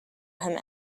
him